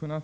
heller.